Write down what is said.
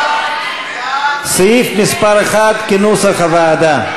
סעיף מס' 1 כנוסח הוועדה.